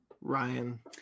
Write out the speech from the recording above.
Ryan